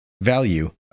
Value